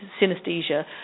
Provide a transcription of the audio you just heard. synesthesia